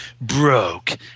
broke